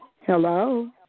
Hello